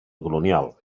colonial